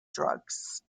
drugs